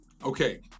Okay